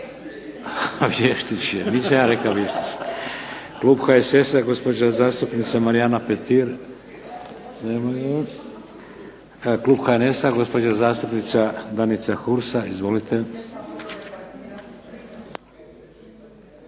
Klub HSS-a, gospođa zastupnica Marijana Petir. Nema je. Klub HNS-a, gospođa zastupnica Danica Hursa. Izvolite.